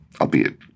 albeit